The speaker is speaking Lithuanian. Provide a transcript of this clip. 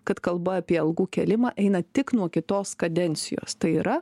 kad kalba apie algų kėlimą eina tik nuo kitos kadencijos tai yra